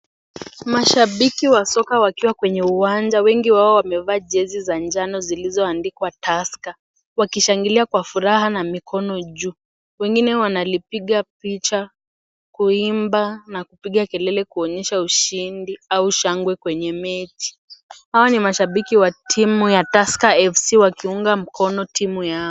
Mashabiki wa soka wakiwa kwenye uwanja wengi wao wamevaa jezi za njano zilizoandikwa Tusker. Wakishangilia kwa furaha na mikono juu. Wengine wanalipiga picha, kuimba, na kupiga kelele kuonyesha ushindi au shangwe kwenye mechi. Hawa ni mashabiki wa timu ya Tusker FC wakiunga mkono timu yao.